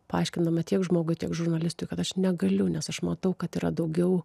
paaiškindama tiek žmogui tiek žurnalistui kad aš negaliu nes aš matau kad yra daugiau